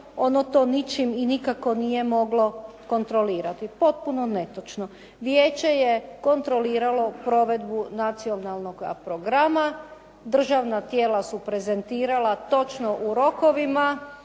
ono to ničim i nikako nije moglo kontrolirati. Potpuno netočno. Vijeće je kontroliralo provedbu Nacionalnoga programa, državna tijela su prezentirala točno u rokovima,